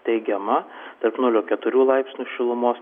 teigiama tarp nulio keturių laipsnių šilumos